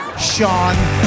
Sean